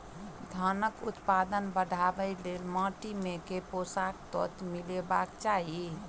धानक उत्पादन बढ़ाबै लेल माटि मे केँ पोसक तत्व मिलेबाक चाहि?